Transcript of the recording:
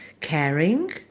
caring